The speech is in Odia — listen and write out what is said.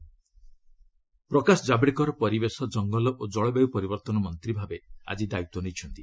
ଜାବଡେକର ଚାର୍ଜ ପ୍ରକାଶ ଜାବଡେକର ପରିବେଶ ଜଙ୍ଗଲ ଓ ଜଳବାୟୁ ପରିବର୍ତ୍ତନ ମନ୍ତ୍ରୀ ଭାବେ ଆଜି ଦାୟିତ୍ୱ ନେଇଛନ୍ତି